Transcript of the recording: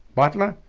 butler,